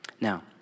Now